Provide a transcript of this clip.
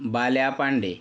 Balya Pande